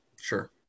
Sure